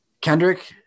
Kendrick